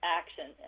action